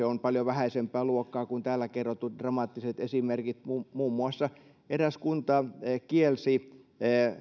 on tosin paljon vähäisempää luokkaa kuin täällä kerrotut dramaattiset esimerkit muun muun muassa eräs kunta kielsi